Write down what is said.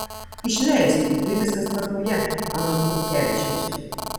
išleisti tai viskas tvarkoje anot chodkevičiaus